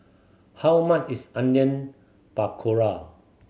how much is Onion Pakora